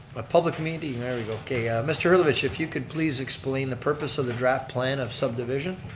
a public meeting, there we go, okay. mr. herlovich if you could please explain the purpose of the draft plan of subdivision.